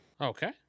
Okay